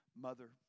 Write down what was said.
mother